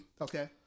Okay